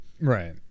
right